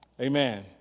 Amen